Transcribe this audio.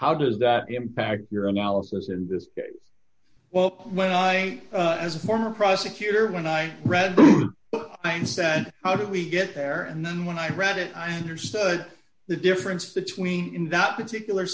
how does that impact your analysis in this well when i as a former prosecutor when i read and said how do we get there and then when i read it i understood the difference between in that particular